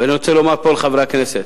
ואני רוצה לומר פה לחברי הכנסת: